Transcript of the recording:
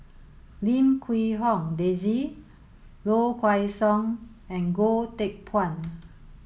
Lim Quee Hong Daisy Low Kway Song and Goh Teck Phuan